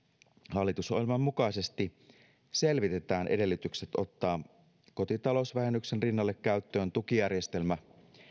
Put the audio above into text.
hallitusohjelman mukaisesti selvitetään edellytykset ottaa kotitalousvähennyksen rinnalle käyttöön tukijärjestelmä